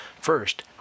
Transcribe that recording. First